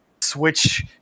switch